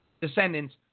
descendants